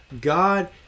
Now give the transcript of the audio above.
God